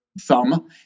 thumb